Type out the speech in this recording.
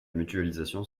mutualisation